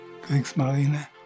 Kriegsmarine